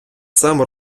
сам